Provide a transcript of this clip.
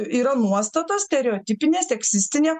yra nuostata stereotipinė seksistinė